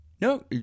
No